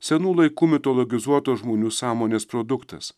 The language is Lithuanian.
senų laikų mitologizuotos žmonių sąmonės produktas